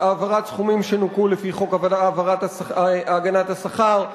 העברת סכומים שנוכו לפי חוק הגנת השכר,